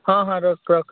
ହଁ ହଁ ରଖ୍ ରଖ୍